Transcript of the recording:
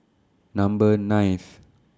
Number ninth